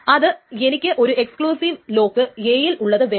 അത് എനിക്ക് ഒരു എക്സ്ക്ലൂസിവ് ലോക്ക് A യിൽ ഉള്ളത് വേണം